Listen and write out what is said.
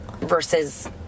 versus